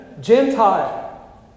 Gentile